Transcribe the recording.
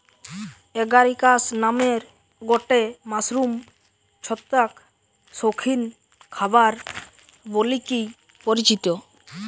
Agaricus নামের গটে mushroom ছত্রাক শৌখিন খাবার বলিকি পরিচিত